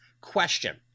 question